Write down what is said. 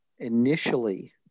initially